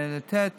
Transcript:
לתת